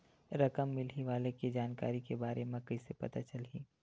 रकम मिलही वाले के जानकारी के बारे मा कइसे पता चलही?